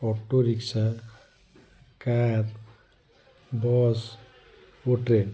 auto rickshaw car bus ଓ train